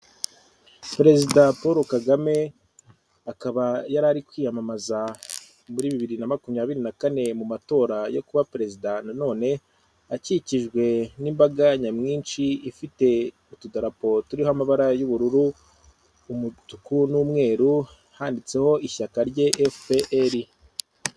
Perezida Paul Kagame akaba yari ari kwiyamamaza muri bibiri na makumyabiri na kane mu matora yo kuba Perezida nanone akikijwe n'imbaga nyamwinshi ifite utudarapo turiho amabara y'ubururu, umutuku n'umweru handitseho ishyaka rye "FPR".